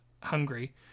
Hungary